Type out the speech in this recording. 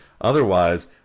otherwise